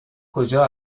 کجا